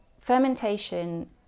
Fermentation